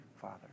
Father